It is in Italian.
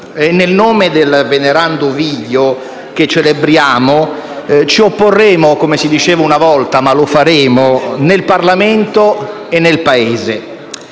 Nel nome del venerando Ovidio che celebriamo ci opporremo, come si diceva una volta, ma lo faremo nel Parlamento e nel Paese.